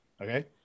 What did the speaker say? Okay